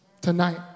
tonight